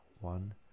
one